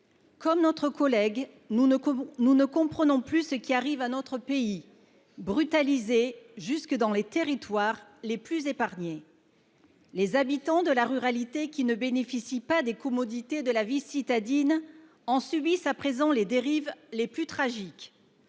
Comme lui, nous ne comprenons plus ce qui arrive à notre pays, brutalisé jusque dans ses territoires qui paraissaient les plus épargnés. Les habitants de la ruralité, qui ne bénéficient pas des commodités de la vie citadine, en subissent à présent les dérives les plus tragiques.